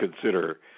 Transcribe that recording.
consider